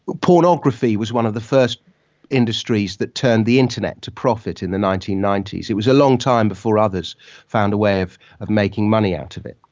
pornography was one of the first industries that turned the internet to profit in the nineteen ninety s. it was a long time before others found a way of of making money out of it.